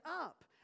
up